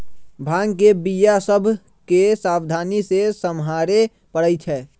भांग के बीया सभ के सावधानी से सम्हारे परइ छै